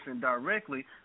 directly